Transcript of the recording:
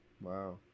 wow